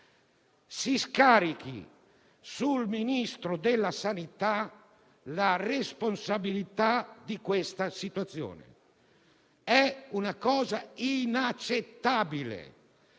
si scarichi sul Ministro della salute la responsabilità di questa situazione: è una cosa inaccettabile.